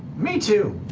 me too.